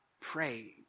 pray